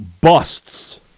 busts